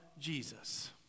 Jesus